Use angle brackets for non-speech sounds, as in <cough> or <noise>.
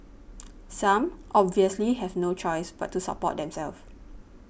<noise> some obviously have no choice but to support themself